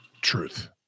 truth